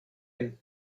him